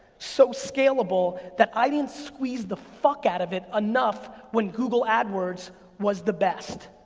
so scalable that i didn't squeeze the fuck out of it enough when google adwords was the best.